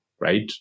right